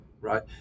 right